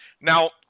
Now